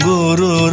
Guru